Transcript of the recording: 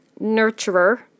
nurturer